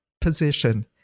position